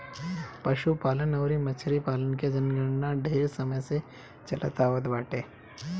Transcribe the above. पशुपालन अउरी मछरी पालन के जनगणना ढेर समय से चलत आवत बाटे